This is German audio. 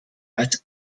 als